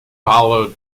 followed